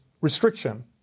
restriction